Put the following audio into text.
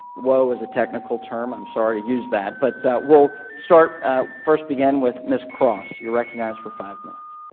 whoa is a technical term, i'm sorry to use that. but we will sort of first begin with ms. cross, you are recognized for five minutes